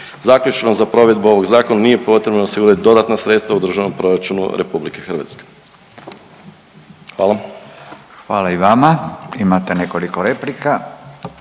Zaključno, za provedbu ovog zakona nije potrebno osigurati dodatna sredstva u Državnom proračunu RH. Hvala. **Radin, Furio (Nezavisni)** Hvala i vama, imate nekoliko replika.